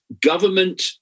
government